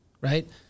right